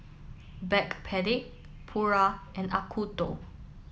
Backpedic Pura and Acuto